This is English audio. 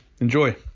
Enjoy